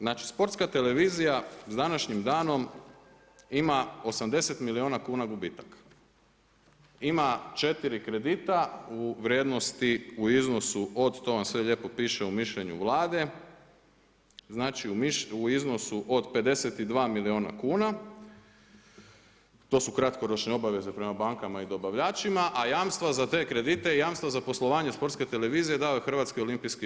Znači Sportska televizija s današnjim danom ima 80 milijuna kuna gubitaka, ima 4 kredita u vrijednosti u iznosu o to vam sve lijepo piše u mišljenju Vlade znači u iznosu od 52 milijuna kuna, to su kratkoročne obaveze prema bankama i dobavljačima, a jamstva za te kredite i jamstva za poslovanje Sportske televizije dao je HOO.